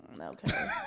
Okay